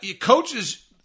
Coaches